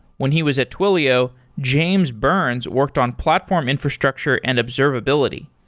when he was at twilio, james burns worked on platform infrastructure and observability.